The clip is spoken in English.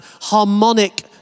harmonic